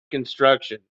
construction